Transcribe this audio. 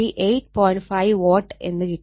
5 Watt എന്ന് കിട്ടും